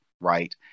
right